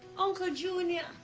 uncle junior!